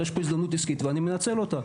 יש פה הזדמנות עסקית, ואני מנצל אותה.